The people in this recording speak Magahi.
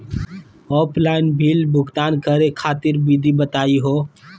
ऑफलाइन बिल भुगतान करे खातिर विधि बताही हो?